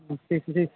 చేసి